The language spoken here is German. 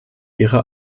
ihrer